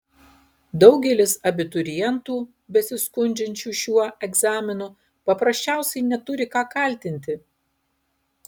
daugelis abiturientų besiskundžiančių šiuo egzaminu paprasčiausiai neturi ką kaltinti